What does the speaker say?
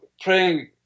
praying